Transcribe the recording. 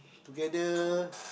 together